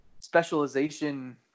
specialization